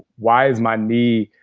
why is my knee.